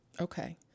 Okay